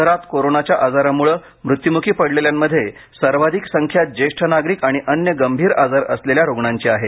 शहरात कोरोनाच्या आजारामुळे मृत्युमुखी पडलेल्यामध्ये सर्वाधिक संख्या ज्येष्ठ नागरिक आणि अन्य गंभीर आजार असलेल्या रुग्णांची आहे